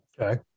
Okay